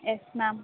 yes ma'am